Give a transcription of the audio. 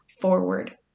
forward